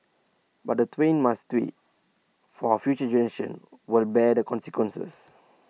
but the twain must meet for future generations will bear the consequences